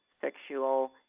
sexual